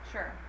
Sure